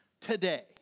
today